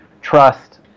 trust